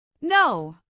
No